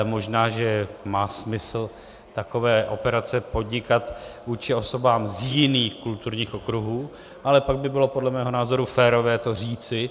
Možná že má smysl takové operace podnikat vůči osobám z jiných kulturních okruhů, ale pak by bylo podle mého názoru férové to říci.